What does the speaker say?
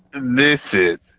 Listen